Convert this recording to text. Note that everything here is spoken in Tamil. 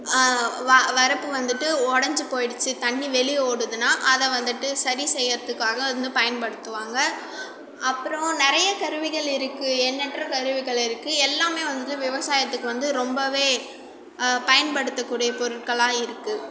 வ வரப்பு வந்துவிட்டு உடஞ்சி போயிடுச்சு தண்ணி வெளியே ஓடுதுன்னா அதை வந்துவிட்டு சரி செய்யறதுக்காக வந்து பயன்படுத்துவாங்க அப்புறம் நிறைய கருவிகள் இருக்கு எண்ணற்ற கருவிகள் இருக்கு எல்லாமே வந்துவிட்டு விவசாயத்துக்கு வந்து ரொம்பவே பயன்படுத்தக்கூடிய பொருட்களாக இருக்கு